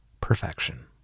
perfection